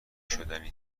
شدنی